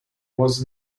was